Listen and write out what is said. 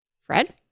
Fred